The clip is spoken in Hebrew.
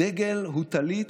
הדגל הוא טלית,